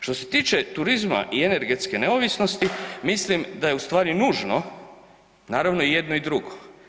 Što se tiče turizma i energetske neovisnosti mislim da je u stvari nužno naravno i jedno i drugo.